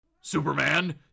Superman